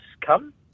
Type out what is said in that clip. come